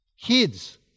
kids